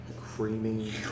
creamy